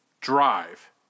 Drive